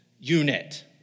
unit